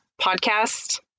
podcast